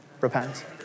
Repent